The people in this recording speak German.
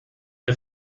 der